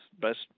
best